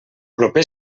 proper